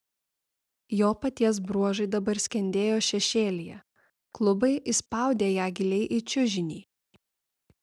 jo paties bruožai dabar skendėjo šešėlyje klubai įspaudė ją giliai į čiužinį